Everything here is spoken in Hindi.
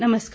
नमस्कार